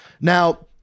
Now